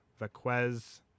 Vaquez